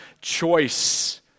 choice